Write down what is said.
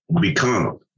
become